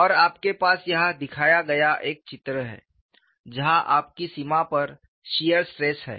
और आपके पास यहाँ दिखाया गया एक चित्र है जहाँ आपकी सीमा पर शियर स्ट्रेस है